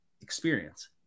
experience